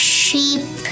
sheep